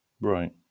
Right